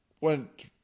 went